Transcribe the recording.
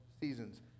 seasons